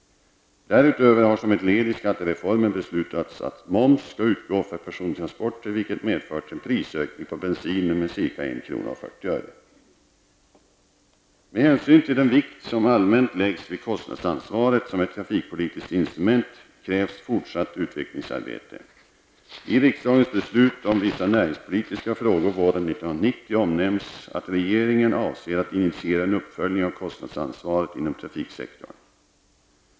Därutöver har som ett led i skattereformen beslutats att moms skall utgå för persontransporter vilket medfört en prisökning på bensinen med ca 1 kr. och 40 öre. Med hänsyn till den vikt som allmänt läggs vid kostnadsansvaret som ett trafikpolitiskt instrument krävs fortsatt utvecklingsarbete. I riksdagens beslut om vissa näringspolitiska frågor våren 1990 omnämns att regeringen avser att initiera en uppföljning av kostnadsansvaret inom trafiksektorn.